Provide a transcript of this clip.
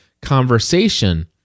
Conversation